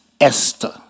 Esther